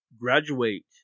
graduate